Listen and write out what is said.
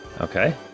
Okay